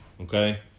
Okay